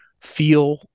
feel